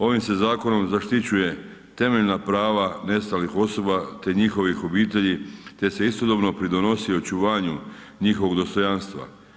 Ovim se zakonom zaštićuje temeljena prava nestalih osoba te njihovih obitelji te se istodobno pridonosi očuvanju njihovog dostojanstva.